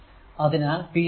അതിനാൽ p v i